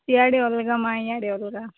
ସିଆଡ଼େ ଅଲଗା ମା ଇଆଡ଼େ ଅଲଗା